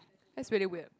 that's really weird